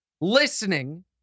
listening